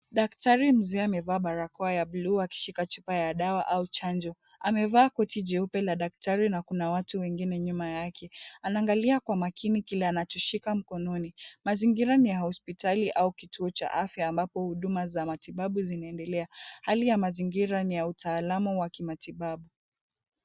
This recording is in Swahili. Daktari mzee amevaa barakoa ya bluu akishika chupa ya dawa au chanjo. Amevaa koti jeupe la daktari na kuna watu wengine nyuma yake. Anaangalia kwa makini kile anachoshika mkononi. Mazingira ni ya hospitali au kituo cha afya ambapo huduma za matibabu zinaendelea. Hali ya mazingira ni ya utaalamu wa kimatibabu.